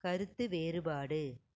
கருத்து வேறுபாடு